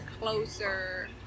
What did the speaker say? closer